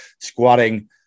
squatting